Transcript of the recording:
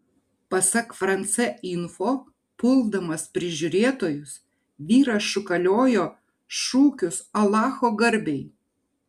pasak france info puldamas prižiūrėtojus vyras šūkaliojo šūkius alacho garbei